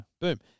Boom